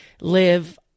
live